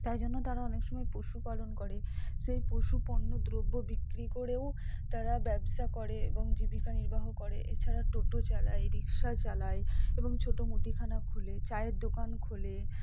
তাই জন্য তারা অনেক সময় পশুপালন করে সেই পশু পণ্য দ্রব্য বিক্রি করেও তারা ব্যবসা করে এবং জীবিকা নির্বাহ করে এছাড়া টোটো চালায় রিক্সা চালায় এবং ছোট মুদিখানা খুলে চায়ের দোকান খুলে